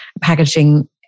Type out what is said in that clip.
packaging